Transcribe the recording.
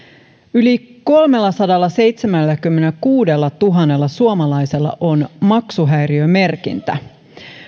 yli kolmellasadallaseitsemälläkymmenelläkuudellatuhannella suomalaisella on maksuhäiriömerkintä